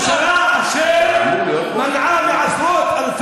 ממשלה אשר מנעה, אדוני